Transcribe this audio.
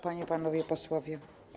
Panie, Panowie Posłowie!